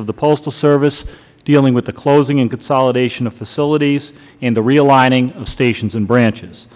of the postal service dealing with the closing and consolidation of facilities and the realigning of stations and branches